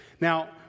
Now